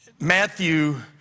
Matthew